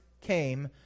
came